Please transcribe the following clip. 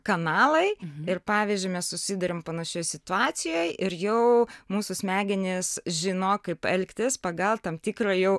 kanalai ir pavyzdžiui mes susiduriam panašioj situacijoje ir jau mūsų smegenys žino kaip elgtis pagal tam tikrą jau